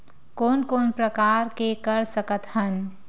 कोन कोन प्रकार के कर सकथ हन?